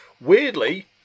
Weirdly